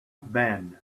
ben